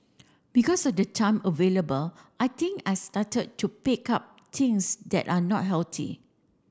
because of the time available I think I started to pick up things that are not healthy